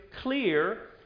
clear